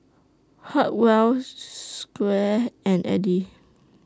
Hartwell Squire and Edie